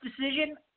decision